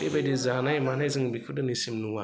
बेबायदि जानाय मानाय जों बेखौ दिनैसिम नुवा